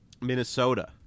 Minnesota